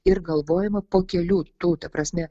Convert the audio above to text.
ir galvojama po kelių tų ta prasme